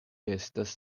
estas